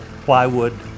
plywood